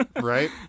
Right